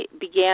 began